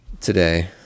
today